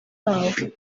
yahawe